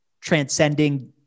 transcending